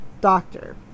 doctor